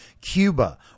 Cuba